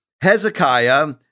Hezekiah